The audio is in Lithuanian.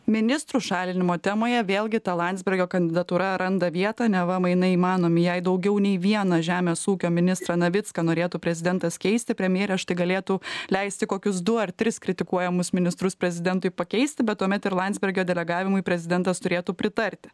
ministrų šalinimo temoje vėlgi ta landsbergio kandidatūra randa vietą neva mainai įmanomi jei daugiau nei vieną žemės ūkio ministrą navicką norėtų prezidentas keisti premjerė galėtų leisti kokius du ar tris kritikuojamus ministrus prezidentui pakeisti bet tuomet ir landsbergio delegavimui prezidentas turėtų pritarti